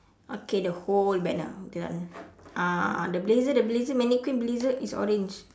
okay the whole banner okay done uh the blazer the blazer mannequin blazer is orange